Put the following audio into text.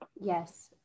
Yes